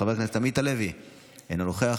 מטי צרפתי הרכבי, אינה נוכחת,